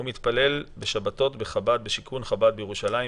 הוא מתפלל בשבתות בשיכון חב"ד בירושלים,